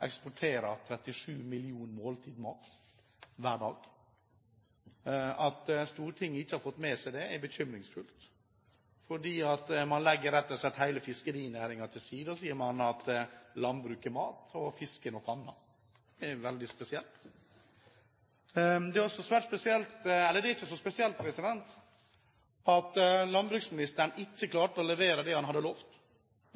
eksporterer 37 millioner måltider mat. At Stortinget ikke har fått med seg det, er bekymringsfullt, for man legger rett og slett hele fiskerinæringen til side, og så sier man at landbruk er mat, og fisk er noe annet. Det er veldig spesielt. Det er ikke så spesielt at landbruksministeren ikke klarte å levere det han hadde lovt,